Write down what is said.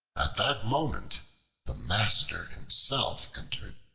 at that moment the master himself entered,